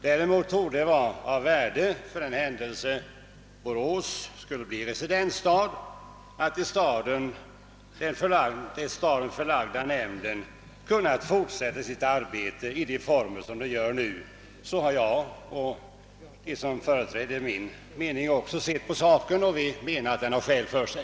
Däremot torde det vara av värde, för den händelse Borås skulle bli residensstad, att den till staden förlagda nämnden kan fortsätta sitt arbete under nuvarande former. Så har jag och de som biträder min mening sett på saken, och vi anser att vår uppfattning har skäl för sig.